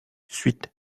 suite